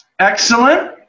Excellent